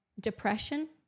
depression